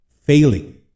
failing